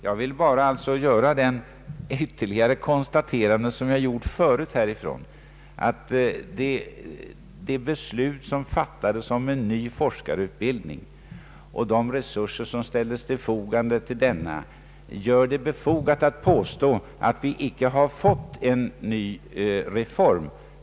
Jag vill bara göra det konstaterandet att det beslut som fattats om en ny forskarutbildning och de resurser som ställts till förfogande för denna gör det befogat att påstå att vi inte har fått en ny reform.